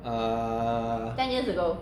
err